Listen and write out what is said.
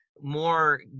more